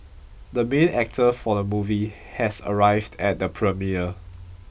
the main actor for the movie has arrived at the premiere